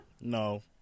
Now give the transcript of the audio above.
No